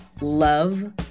love